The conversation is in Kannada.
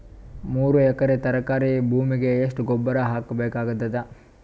ಮೂರು ಎಕರಿ ತರಕಾರಿ ಭೂಮಿಗ ಎಷ್ಟ ಗೊಬ್ಬರ ಹಾಕ್ ಬೇಕಾಗತದ?